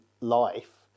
life